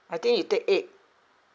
I think you take eighth